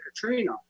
Katrina